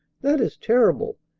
that is terrible!